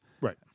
Right